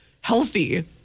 healthy